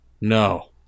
No